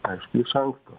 aišku iš anksto